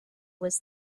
was